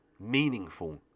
meaningful